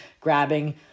grabbing